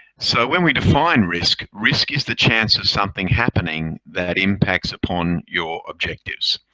so when we define risk, risk is the chance of something happening that impacts upon your objectives.